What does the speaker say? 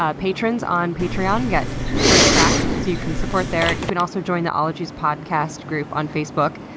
ah patrons on patreon get first crack, so you can support there. you can also join the ologies podcast group on facebook.